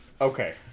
Okay